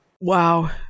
Wow